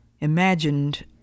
imagined